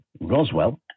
Roswell